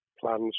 plans